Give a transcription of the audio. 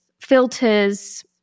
filters